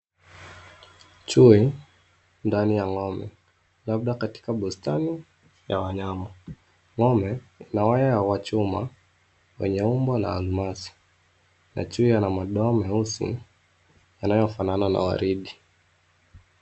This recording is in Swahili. Chui ndani ya ngome, labda katika bustani ya wanyama. Ngome ina wire wa chuma wenye umbo la almasi na chui ana madoa meusi yanayo fanana na waridi.